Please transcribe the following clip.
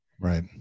Right